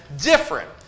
different